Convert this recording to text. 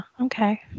Okay